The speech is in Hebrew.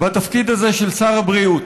בתפקיד הזה של שר הבריאות,